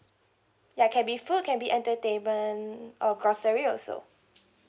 ya can be food can be entertainment or grocery also